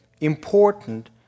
important